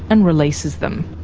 and releases them.